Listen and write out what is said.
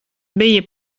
bija